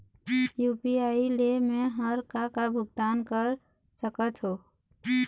UPI ले मे हर का का भुगतान कर सकत हो?